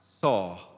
saw